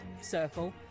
circle